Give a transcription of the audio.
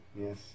yes